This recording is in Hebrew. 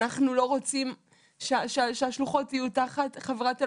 אנחנו לא רוצים שהשלוחות יהיו תחת חברת אלאור,